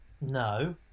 No